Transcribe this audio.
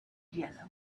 yellow